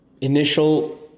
initial